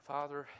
Father